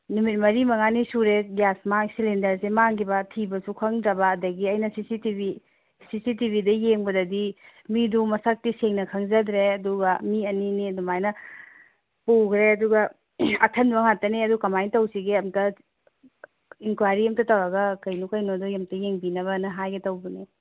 ꯅꯨꯃꯤꯠ ꯃꯔꯤ ꯃꯉꯥꯅꯤ ꯁꯨꯔꯦ ꯒ꯭ꯌꯥꯁ ꯁꯤꯂꯤꯟꯗꯔꯁꯦ ꯃꯥꯡꯈꯤꯕ ꯊꯤꯕꯁꯨ ꯈꯪꯗ꯭ꯔꯕ ꯑꯗꯒꯤ ꯑꯩꯅ C C T V C C T ꯚꯤꯗ ꯌꯦꯡꯕꯗꯗꯤ ꯃꯤꯗꯣ ꯃꯁꯛꯇꯤ ꯁꯦꯡꯅ ꯈꯪꯖꯗ꯭ꯔꯦ ꯑꯗꯨꯒ ꯃꯤ ꯑꯅꯤꯅꯤ ꯑꯗꯨꯃꯥꯏꯅ ꯄꯨꯈ꯭ꯔꯦ ꯑꯗꯨꯒ ꯑꯊꯟꯕ ꯉꯥꯛꯇꯅꯦ ꯑꯗꯣ ꯀꯃꯥꯏꯅ ꯇꯧꯁꯤꯒꯦ ꯑꯃꯨꯛꯇ ꯏꯟꯀ꯭ꯋꯥꯏꯔꯤ ꯑꯃꯇ ꯇꯧꯔꯒ ꯀꯩꯅꯣ ꯀꯩꯅꯣꯗꯣ ꯑꯃꯨꯛꯇ ꯌꯦꯡꯕꯤꯅꯕꯅ ꯍꯥꯏꯒꯦ ꯇꯧꯕꯅꯦ